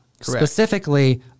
Specifically